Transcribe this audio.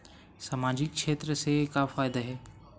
सामजिक क्षेत्र से का फ़ायदा हे?